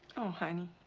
oh honey,